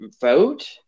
vote